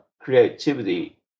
creativity